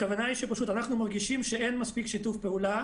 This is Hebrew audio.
הכוונה היא שפשוט אנחנו מרגישים שאין מספיק שיתוף פעולה